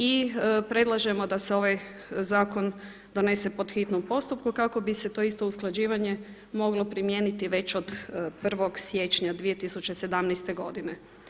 I predlažemo da se ovaj zakon donese po hitnom postupku kako bi se to isto usklađivanje moglo primijeniti već od 1. siječnja 2017. godine.